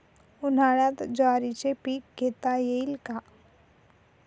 उन्हाळ्यात ज्वारीचे पीक घेता येईल का?